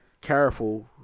careful